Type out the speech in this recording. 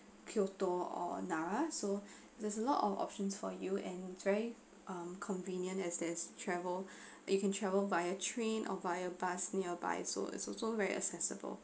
kyoto or nara so there's a lot of options for you and its very ah convenient as there is travel you can travel via train of via bus nearby so it's also very accessible